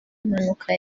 impanuka